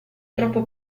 troppo